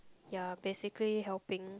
ya basically helping